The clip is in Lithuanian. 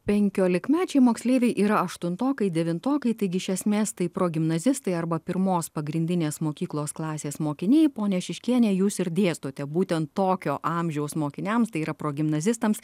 penkiolikmečiai moksleiviai yra aštuntokai devintokai taigi iš esmės tai progimnazistai arba pirmos pagrindinės mokyklos klasės mokiniai ponia šiškiene jūs ir dėstote būtent tokio amžiaus mokiniams tai yra progimnazistams